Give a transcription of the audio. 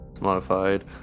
modified